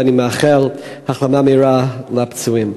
ואני מאחל החלמה מהירה לפצועים.